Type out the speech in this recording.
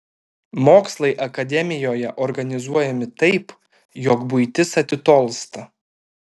mokslai akademijoje organizuojami taip jog buitis atitolsta